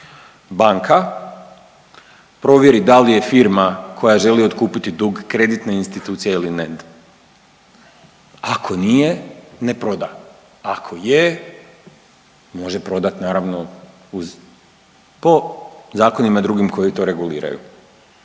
Banka provjeri da li je firma koja želi otkupiti dug kreditna institucija ili ne, ako nije ne proda, ako je može prodati naravno uz, po zakonima drugim koji to reguliraju.